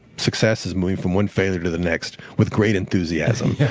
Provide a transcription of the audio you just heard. success is moving from one failure to the next with great enthusiasm.